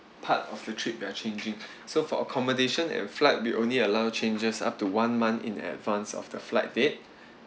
part of the trip you are changing so for accommodation and flight we only allow changes up to one month in advance of the flight date